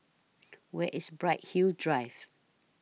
Where IS Bright Hill Drive